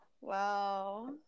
Wow